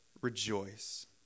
rejoice